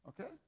Okay